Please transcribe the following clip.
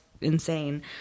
insane